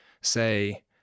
say